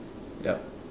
yup